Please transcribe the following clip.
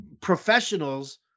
professionals